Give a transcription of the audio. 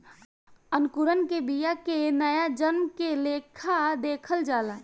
अंकुरण के बिया के नया जन्म के लेखा देखल जाला